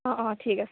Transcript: অঁ অঁ ঠিক আছে